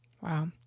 Wow